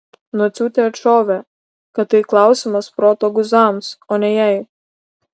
nociūtė atšovė kad tai klausimas proto guzams o ne jai